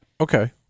Okay